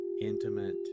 intimate